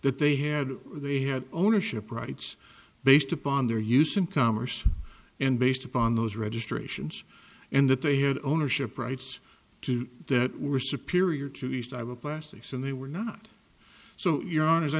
that they had they had ownership rights based upon their use in commerce and based upon those registrations and that they had ownership rights to that were superior to east i will plastics and they were not so